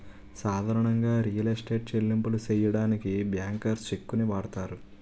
సాధారణంగా real estate చెల్లింపులు సెయ్యడానికి బ్యాంకర్స్ చెక్కుని వాడతారు